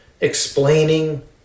explaining